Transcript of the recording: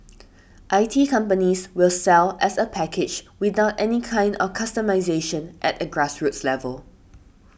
I T companies will sell as a package without any kind of customisation at a grassroots level